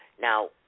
Now